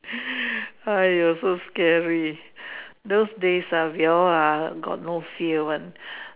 !aiyo! so scary those days ah we all ah got no fear one